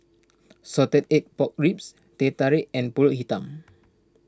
Salted Egg Pork Ribs Teh Tarik and Pulut Hitam